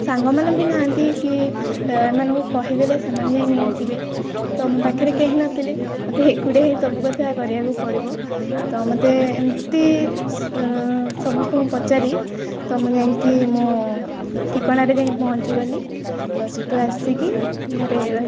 ସାଙ୍ଗମାନେ ବି ନାହାନ୍ତି କି ଏମାନଙ୍କୁ କହିଦେଲେ ସେମାନେ ଯାଇ ନେଇ ଆସିବେ ତ ମୋ ପାଖରେ କେହି ନଥିଲେ ମୋତେ ଏକୁଟିଆ ହିଁ ସବୁ କଥା କରିବାକୁ ପଡ଼ିବ ତ ମୋତେ ଏମିତି ସମସ୍ତଙ୍କୁ ପଚାରି ତ ମୁଁ ଯାଇକି ମୁଁ ଠିକଣାରେ ଯାଇକି ପହଞ୍ଚିଗଲି ତ ସେଠୁ ଆସିକି ଘରେ ରହିଲି